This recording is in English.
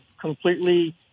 completely